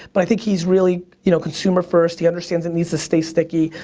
but i think he's really you know consumer-first, he understands it needs to stay sticky.